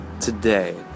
today